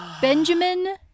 Benjamin